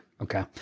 Okay